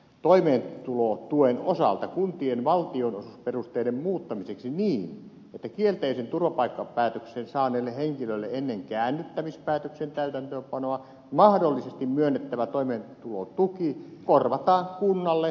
lakiehdotuksen toimeentulotuen osalta kuntien valtionosuusperusteiden muuttamiseksi niin että kielteisen turvapaikkapäätöksen saaneelle henkilölle ennen käännyttämispäätöksen täytäntöönpanoa mahdollisesti myönnettävä toimeentulotuki korvataan kunnalle valtion varoista